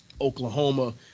Oklahoma